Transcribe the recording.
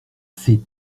sais